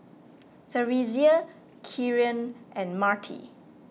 theresia Kieran and Marti